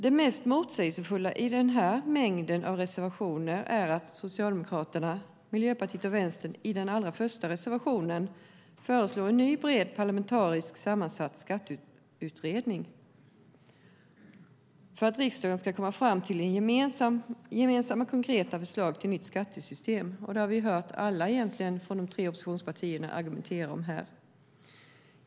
Det mest motsägelsefulla i denna mängd av reservationer är att Socialdemokraterna, Miljöpartiet och Vänsterpartiet i den allra första reservationen föreslår en ny bred parlamentarisk sammansatt skatteutredning för att riksdagen ska komma fram till gemensamma konkreta förslag till nytt skattesystem. Detta har vi hört alla från de tre oppositionspartierna argumentera för.